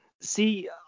see